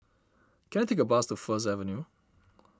can I take a bus to First Avenue